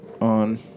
On